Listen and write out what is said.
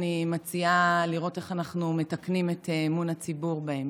אני מציעה לראות איך אנחנו מתקנים את אמון הציבור בהם.